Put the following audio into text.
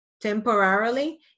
temporarily